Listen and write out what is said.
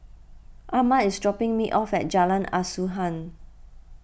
Armand is dropping me off at Jalan Asuhan